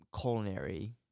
culinary